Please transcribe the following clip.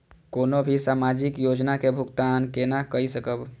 कोनो भी सामाजिक योजना के भुगतान केना कई सकब?